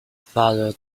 farther